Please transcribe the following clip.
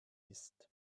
ist